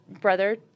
brother